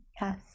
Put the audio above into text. Yes